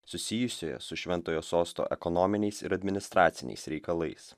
susijusioje su šventojo sosto ekonominiais ir administraciniais reikalais